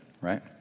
right